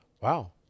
Wow